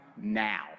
now